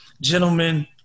Gentlemen